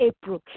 April